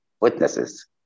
witnesses